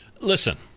Listen